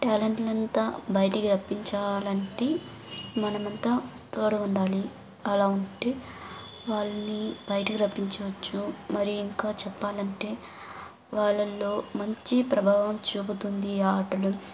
talent నంతా బయటికి రప్పించాలంటే మనమంతా తోడుగుండాలి అలా ఉంటే వాళ్ళని బయటకు రప్పించచ్చు మరి ఇంకా చెప్పాలంటే వాళ్ళల్లో మంచి ప్రభావం చూపుతుంది ఈ ఆటలు